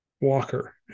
Walker